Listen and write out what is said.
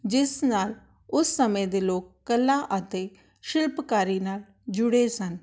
ਜਿਸ ਨਾਲ ਉਸ ਸਮੇਂ ਦੇ ਲੋਕ ਕਲਾ ਅਤੇ ਸ਼ਿਲਪਕਾਰੀ ਨਾਲ ਜੁੜੇ ਸਨ